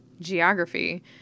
geography